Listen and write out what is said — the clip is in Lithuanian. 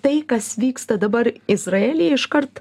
tai kas vyksta dabar izraelyje iškart